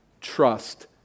trust